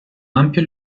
ampia